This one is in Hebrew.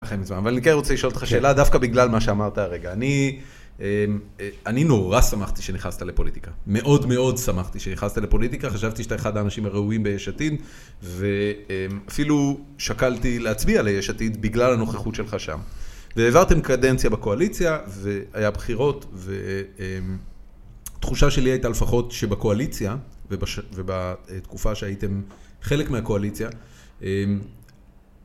אבל אני כן רוצה לשאול אותך שאלה, דווקא בגלל מה שאמרת הרגע. אני נורא שמחתי כשנכנסת לפוליטיקה. מאוד מאוד שמחתי כשנכנסת לפוליטיקה. חשבתי שאתה אחד האנשים הראויים ביש עתיד, ואפילו שקלתי להצביע ליש עתיד בגלל הנוכחות שלך שם. ועברתם קדנציה בקואליציה, והיו הבחירות, והתחושה שלי הייתה שלפחות שבקואליציה, ובתקופה שהייתם חלק מהקואליציה,